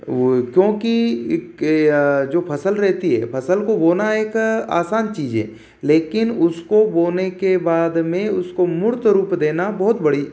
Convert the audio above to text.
क्योंकि एक फसल जो रहती है फसल को बोना एक आसान चीज है लेकिन उसको बोने के बाद उसको मूर्त रूप देना बोहोत बड़ी